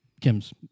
Kim's